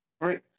Right